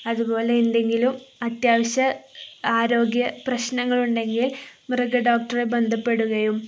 അതുപോലെ എന്തെങ്കിലും അത്യാവശ്യ ആരോഗ്യ പ്രശ്നങ്ങളുണ്ടെങ്കിൽ മൃഗ ഡോക്ടറെ ബന്ധപ്പെടുകയും